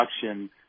production